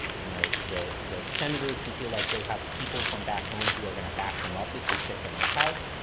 you know, the the senators who feel like they have people from back home who are going to back them up if they stick their neck out,